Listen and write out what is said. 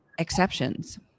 exceptions